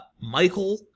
Michael